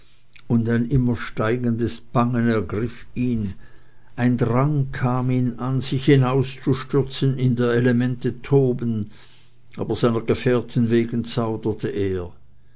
und ein immer steigendes bangen ergriff ihn ein drang kam ihn an sich hinauszustürzen in der elemente toben aber seiner gefährten wegen zauderte er